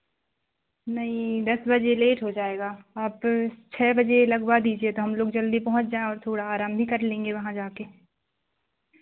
नहीं दस बजे लेट हो जाएगा आप छः बजे लगवा दीजिए तो हम लोग जल्दी पहुँच जाएँ और थोड़ा आराम भी कर लेंगे वहाँ जाके